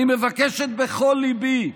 אני מבקשת בכל ליבי,